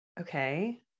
okay